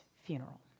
funeral